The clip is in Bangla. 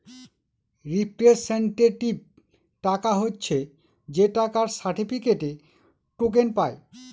রিপ্রেসেন্টেটিভ টাকা হচ্ছে যে টাকার সার্টিফিকেটে, টোকেন পায়